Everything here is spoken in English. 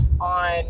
on